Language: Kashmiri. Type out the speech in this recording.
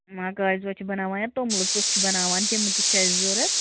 یِم ہا گاج وچہِ چھِ بَناوان یا توٚملہٕ ژوٚٹ چھِ بَناوان تِم تہِ چھِ اَسہِ ضروٗرت